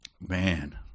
Man